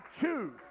choose